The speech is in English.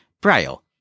Braille